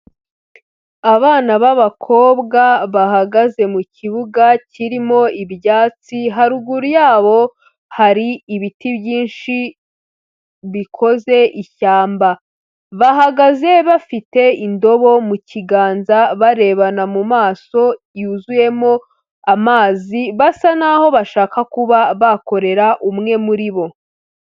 Abana b'abakobwa bahagaze mu kibuga kirimo ibyatsi, haruguru yabo hari ibiti byinshi, bikoze ishyamba. Bahagaze bafite indobo mu kiganza, barebana mu maso yuzuyemo amazi, basa n'aho bashaka kuba bakorera umwe muri bo.